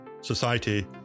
society